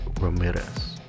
Ramirez